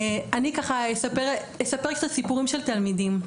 אספר קצת סיפורים של תלמידים.